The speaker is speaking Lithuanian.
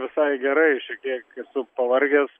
visai gerai šiek tiek esu pavargęs